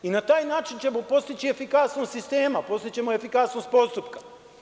Na taj način ćemo postići efikasnost sistema, postići ćemo efikasnost postupka.